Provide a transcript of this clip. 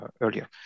earlier